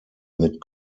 mit